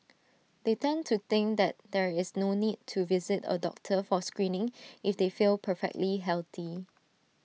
they tend to think that there is no need to visit A doctor for screening if they feel perfectly healthy